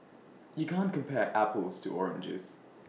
you can't compare apples to oranges